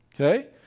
Okay